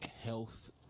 health